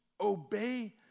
obey